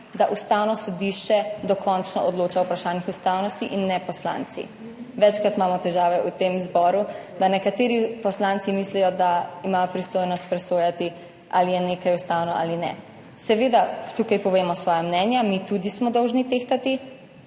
da Ustavno sodišče dokončno odloča o vprašanjih ustavnosti, in ne poslanci. Večkrat imamo težave v tem zboru, da nekateri poslanci mislijo, da imajo pristojnost presojati, ali je nekaj ustavno ali ne. Seveda tukaj povemo svoja mnenja, mi smo tudi dolžni tehtati,